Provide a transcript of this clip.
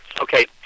okay